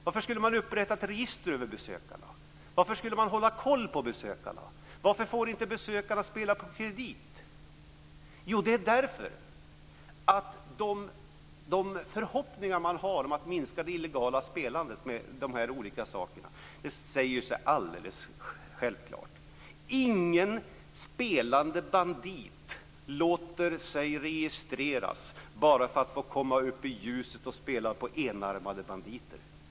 Varför skall ett register upprättas över besökarna? Varför skall man hålla koll på besökarna? Varför får inte besökarna spela på kredit? Jo, det beror på förhoppningarna som finns om att minska det illegala spelandet. Det är alldeles självklart att ingen spelare låter sig registreras för att få komma upp i ljuset och spela på enarmade banditer.